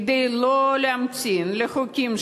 כדי לא להמתין לחוקים,